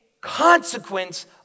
consequence